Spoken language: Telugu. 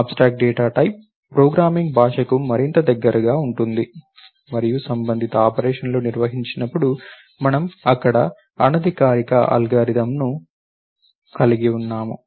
అబ్స్ట్రాక్ట్ డేటా టైప్ ప్రోగ్రామింగ్ భాషకు మరింత దగ్గరగా ఉంటుంది మరియు సంబంధిత ఆపరేషన్లు నిర్వహించినప్పుడు మనము ఇక్కడ అనధికారిక అల్గారిథమ్ని కలిగి ఉన్నాము